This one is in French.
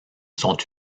sont